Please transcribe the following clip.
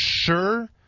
sure